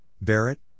Barrett